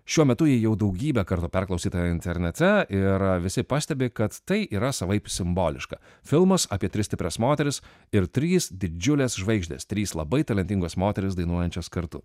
šiuo metu ji jau daugybę kartų perklausyta internete ir visi pastebi kad tai yra savaip simboliška filmas apie tris stiprias moteris ir trys didžiulės žvaigždės trys labai talentingos moterys dainuojančios kartu